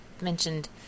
mentioned